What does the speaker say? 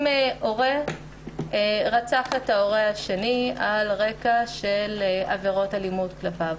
אם הורה רצח את ההורה השני על רקע של עבירות אלימות כלפיו